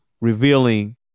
revealing